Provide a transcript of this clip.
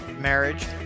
Marriage